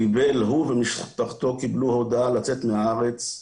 קיבל, הוא ומשפחתו קיבלו הודעה לצאת מהארץ,